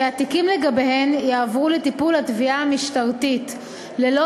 ואשר התיקים לגביהם יועברו לטיפול התביעה המשטרתית ללא